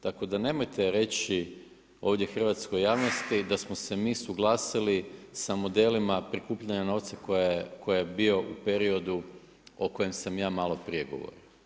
Tako da nemojte reći ovdje hrvatskoj javnosti da smo se mi suglasili sa modelima prikupljanja novca koji je bio u periodu o kojem sam ja malo prije govorio.